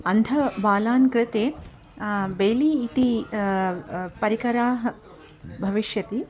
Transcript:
अन्धबालान् कृते बैलि इति परिकरः भाविष्यति